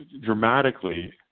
dramatically